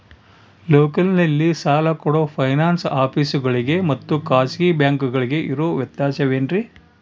ಲೋಕಲ್ನಲ್ಲಿ ಸಾಲ ಕೊಡೋ ಫೈನಾನ್ಸ್ ಆಫೇಸುಗಳಿಗೆ ಮತ್ತಾ ಖಾಸಗಿ ಬ್ಯಾಂಕುಗಳಿಗೆ ಇರೋ ವ್ಯತ್ಯಾಸವೇನ್ರಿ?